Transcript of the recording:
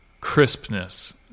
crispness